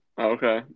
Okay